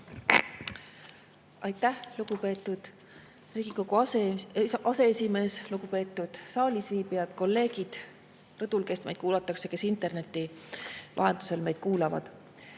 Aitäh, lugupeetud Riigikogu aseesimees! Lugupeetud saalis viibijad, kolleegid, rõdul kuulajad ja kes interneti vahendusel meid kuulavad!